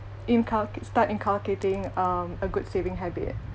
inculca~ start inculcating um a good saving habit